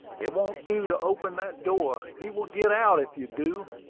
it won't do to open that door he will git out if you do.